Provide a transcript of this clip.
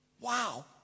Wow